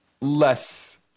Less